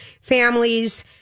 families